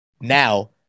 Now